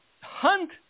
hunt